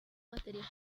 material